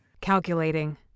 Calculating